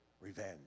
revenge